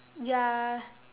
you are